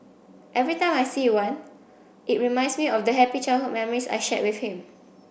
every time I see one it reminds me of the happy childhood memories I shared with him